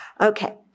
Okay